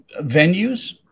venues